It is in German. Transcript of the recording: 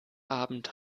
abend